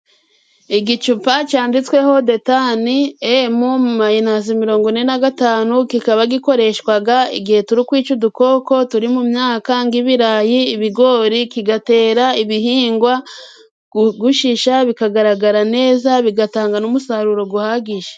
Igicupa cyanditsweho detani emu mayinasi mirongo ine na gatanu. Kikaba gikoreshwaga igihe turi kwica udukoko turi mu myaka nk'ibirayi, ibigori, kigatera ibihingwa gushisha bikagaragara neza bigatanga n'umusaruro guhagije.